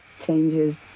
changes